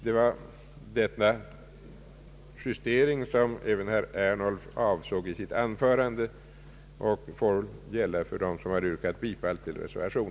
Det var denna justering som även herr Ernulf avsåg i sitt anförande, och den får gälla för dem som yrkat bifall till denna reservation.